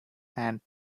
and